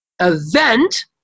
event